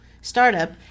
startup